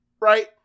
Right